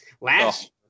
last